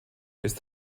ist